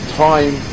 time